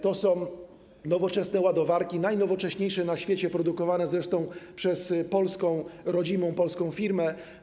To są nowoczesne ładowarki, najnowocześniejsze na świecie, produkowane zresztą przez rodzimą polską firmę.